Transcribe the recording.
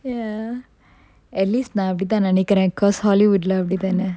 ya at least நா அப்படித்தான் நெனைக்குரன்:na appdithan nenaikkuran cause hollywood ah அப்படித்தான:appadithaana